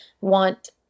want